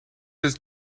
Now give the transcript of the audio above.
his